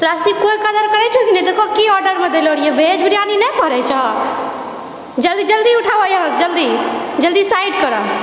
तोरा सुनि कोइ कदर करै छै कि नहि देखह की ऑर्डरमे देलो रहिऐ भेज बिरियानी नहि पढ़ै छह जल्दी जल्दी उठाबऽ यहाँसँ जल्दी जल्दी साइड करऽ